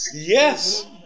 Yes